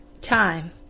time